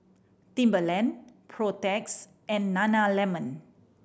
Timberland Protex and Nana Lemon